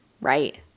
right